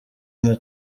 nka